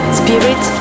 spirit